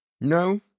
No